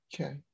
Okay